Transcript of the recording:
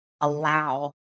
allow